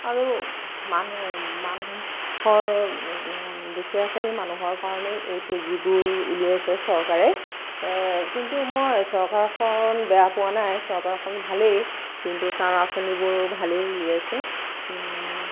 আৰু মানু মানুহৰ দুখীয়া শ্ৰেণীৰ মানুহৰ কাৰণেই এই পুঁজিবোৰ উলিয়াইছে চৰকাৰে কিন্তু মই চৰকাৰখন বেয়া পোৱা নাই চৰকাৰখন ভালেই কিন্তু তাৰ আচঁনিবোৰো ভালেই উলিয়াইছে